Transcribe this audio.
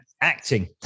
acting